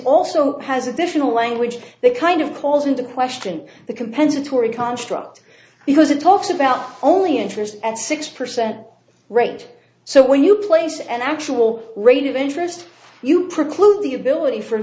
also has a different language the kind of calls into question the compensatory construct because it talks about only interest at six percent rate so when you place an actual rate of interest you preclude the ability for